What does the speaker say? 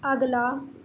ਅਗਲਾ